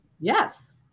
Yes